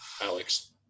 Alex